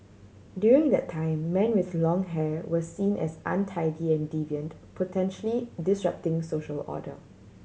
during that time men with long hair were seen as untidy and deviant potentially disrupting social order